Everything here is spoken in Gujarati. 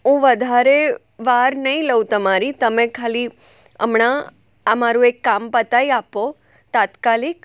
હું વધારે વાર નહીં લઉં તમારી તમે ખાલી હમણાં આ મારું એક કામ પતાવી આપો તાત્કાલિક